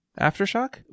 Aftershock